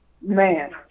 Man